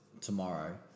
tomorrow